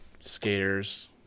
skaters